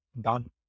done